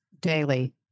daily